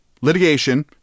litigation